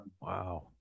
wow